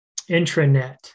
intranet